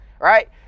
Right